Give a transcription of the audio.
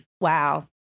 wow